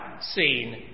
seen